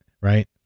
Right